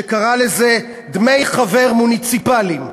שקרא לזה "דמי חבר מוניציפליים".